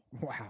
Wow